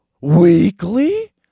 Weekly